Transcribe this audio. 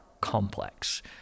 complex